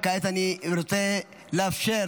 כעת אני רוצה לאפשר